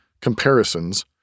Comparisons